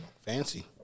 Fancy